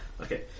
Okay